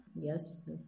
Yes